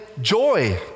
joy